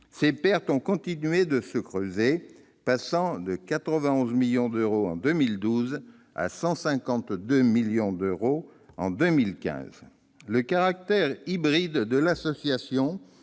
de l'AFPA ont continué à se creuser, passant de 91 millions d'euros en 2012 à 152 millions d'euros en 2015. Le caractère hybride de l'association,